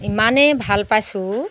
ইমানেই ভাল পাইছোঁ